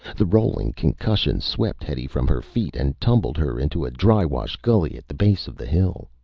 the rolling concussion swept hetty from her feet and tumbled her into a drywash gully at the base of the hill.